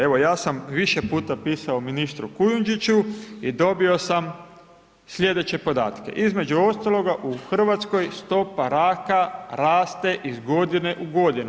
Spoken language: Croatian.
Evo ja sam više puta pisao ministru Kujundžiću i dobio sam sljedeće podatke, između ostaloga u Hrvatskoj stopa raka raste iz godine u godinu.